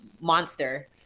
monster